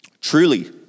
truly